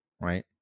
right